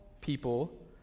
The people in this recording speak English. people